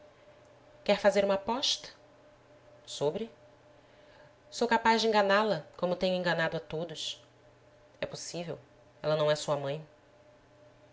quer fazer uma aposta sobre sou capaz de enganá la como tenho enganado a todos é possível ela não é sua mãe